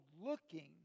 looking